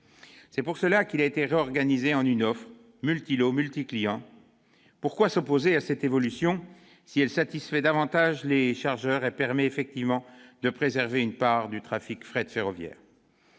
C'est pour ces raisons qu'elle a été réorganisée en une offre « multi-lots multi-clients ». Pourquoi s'opposer à cette évolution, si elle satisfait davantage les chargeurs et permet bel et bien de préserver une part du trafic de fret ferroviaire ?